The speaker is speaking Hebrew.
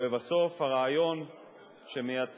ולבסוף, הרעיון שמייצר